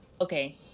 okay